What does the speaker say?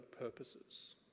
purposes